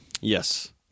yes